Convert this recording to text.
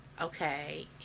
Okay